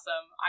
awesome